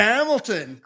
Hamilton